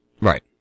right